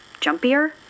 jumpier